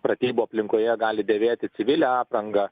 pratybų aplinkoje gali dėvėti civilių aprangą